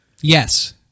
Yes